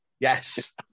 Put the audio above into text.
Yes